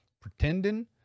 pretending